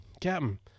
Captain